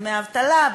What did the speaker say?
בדמי אבטלה,